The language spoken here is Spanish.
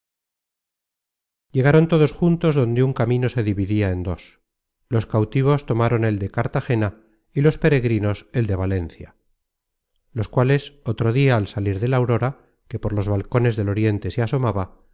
llegaron todos juntos donde un camino se dividia en dos los cautivos tomaron el de cartagena y los peregrinos el de valencia los cuales otro dia al salir de la aurora que por los balcones del oriente se asomaba